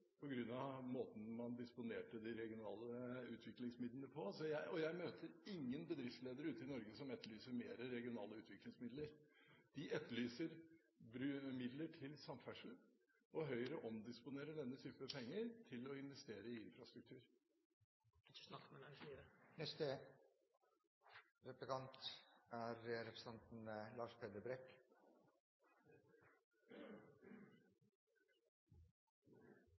av måten man disponerte de regionale utviklingsmidlene på. Og jeg møter ingen bedriftsledere ute i Norge som etterlyser mer regionale utviklingsmidler. De etterlyser midler til samferdsel, og Høyre omdisponerer denne typen penger til å investere i infrastruktur. Jeg ønsker å spørre representanten